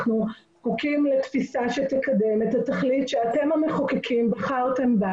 אנחנו זקוקים לתפיסה שתקבל את התכלית שאתם המחוקקים בחרתם בה